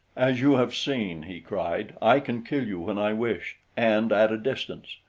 as you have seen, he cried, i can kill you when i wish and at a distance.